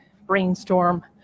brainstorm